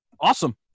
Awesome